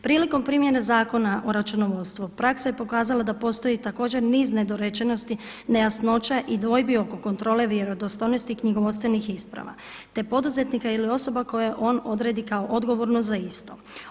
Prilikom primjene Zakona o računovodstvu praksa je pokazala da postoji također niz nedorečenosti, nejasnoća i dvojbi oko kontrole vjerodostojnosti i knjigovodstvenih isprava, te poduzetnika ili osoba koje on odredi kao odgovornu za isto.